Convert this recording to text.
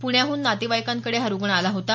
प्ण्याहून नातेवाईकांकडे हा रूग्ण आला होता